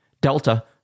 Delta